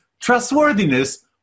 trustworthiness